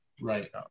Right